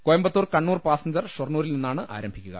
Coimbatore Kannur passenger ഷൊർണൂരിൽ നിന്നാണ് ആരംഭിക്കുക